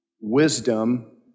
wisdom